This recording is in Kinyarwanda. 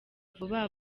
vuba